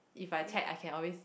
if I chat I can always